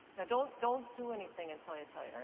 don't don't do anything until i tell you,